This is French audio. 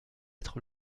être